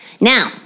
Now